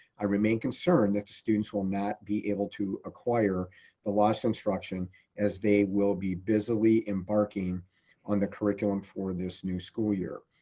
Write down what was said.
i remain concerned students will not be able to acquire the lost instruction as they will be busily embarking on the curriculum for this new school year.